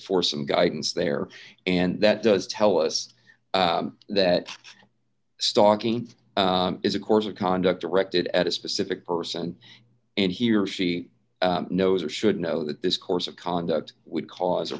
for some guidance there and that does tell us that stalking is a course of conduct directed at a specific person and he or she knows or should know that this course of conduct would cause